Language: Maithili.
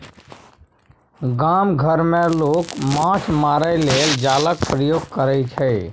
गाम घर मे लोक माछ मारय लेल जालक प्रयोग करय छै